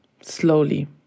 slowly